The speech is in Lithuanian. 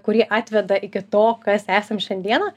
kurie atveda iki to kas esam šiandieną